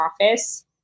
office